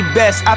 best